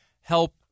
help